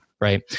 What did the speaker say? Right